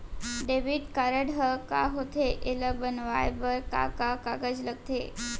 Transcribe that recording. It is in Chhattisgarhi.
डेबिट कारड ह का होथे एला बनवाए बर का का कागज लगथे?